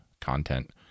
content